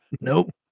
nope